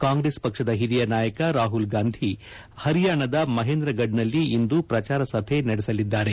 ಕಾಂಗೈಸ್ ಪಕ್ಷದ ಹಿರಿಯ ನಾಯಕ ರಾಹುಲ್ ಗಾಂಧಿ ಹರಿಯಾಣದ ಮಹೇಂದ್ರಗಥದಲ್ಲಿ ಇಂದು ಪ್ರಚಾರ ಸಭೆ ನಡೆಸಲಿದ್ದಾರೆ